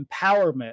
empowerment